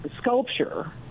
sculpture